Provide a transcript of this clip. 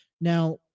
Now